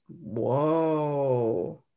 Whoa